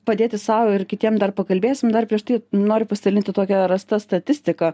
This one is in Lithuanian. padėti sau ir kitiem dar pakalbėsim dar prieš tai noriu pasidalinti tokia rasta statistika